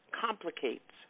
complicates